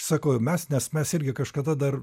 sakau mes nes mes irgi kažkada dar